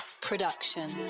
production